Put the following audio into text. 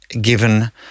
given